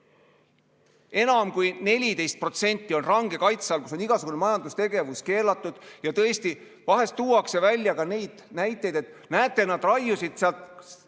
Enam kui 14% on range kaitse all, kus on igasugune majandustegevus keelatud ja tõesti, vahel tuuakse ka neid näiteid, et näete, nad raiusid rangelt